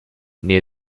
near